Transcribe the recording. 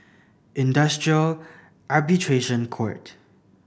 Industrial Arbitration Court